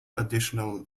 additional